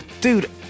Dude